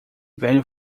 velho